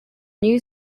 new